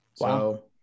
Wow